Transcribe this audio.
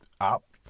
up